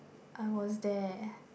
I was there